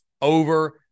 over